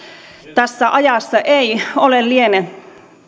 tässä ajassa ei liene